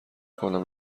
کنم